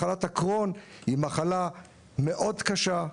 מחלת הקרוהן היא מחלה מאוד קשה,